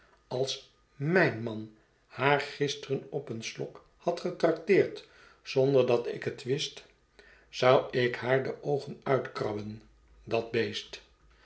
als mijn man haar gisteren op een slok had getrakteerd zonder dat ik het wist zou ik haar de oogen uitkrabben dat beest